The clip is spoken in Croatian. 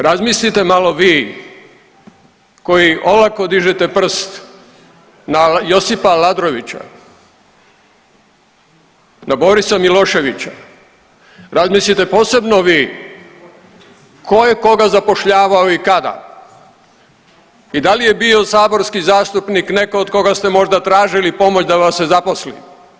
Razmislite malo vi koji olako dižete prst na Josipa Aladrovića, na Borisa Miloševića, razmislite posebno vi tko je koga zapošljavao i kada i da li je bio saborski zastupnik netko koga ste možda tražili pomoć da vas se zaposli.